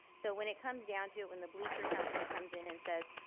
so when it comes down to it, when the bleacher company comes in and says,